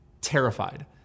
terrified